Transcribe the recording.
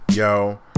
Yo